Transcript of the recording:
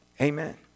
Amen